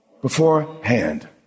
beforehand